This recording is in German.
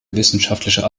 wissenschaftlicher